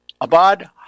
Abad